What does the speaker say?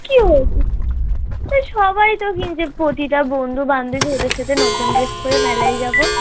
কী হয়েছে সবাই তো কিনছে প্রতিটা বন্ধু বান্ধবী ওদের সাথে নতুন ড্রেস পরে মেলায় যাব